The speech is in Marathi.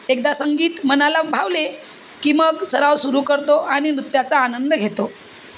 एकदा संगीत मनाला भावले की मग सराव सुरू करतो आणि नृत्याचा आनंद घेतो